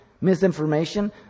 misinformation